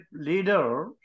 leader